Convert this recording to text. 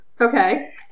Okay